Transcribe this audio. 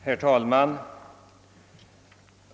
Herr talman!